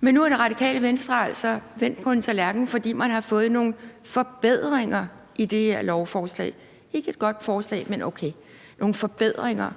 men nu er Radikale Venstre altså vendt på en tallerken, fordi man har fået nogle forbedringer i det her lovforslag – ikke et godt lovforslag, men okay. Man har fået nogle forbedringer,